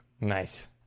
Nice